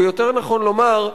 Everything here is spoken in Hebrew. או יותר נכון לומר,